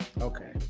okay